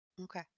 Okay